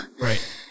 Right